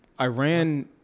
Iran